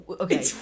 okay